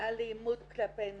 לאלימות כלפי נשים,